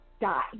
die